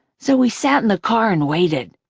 so we sat in the car and waited.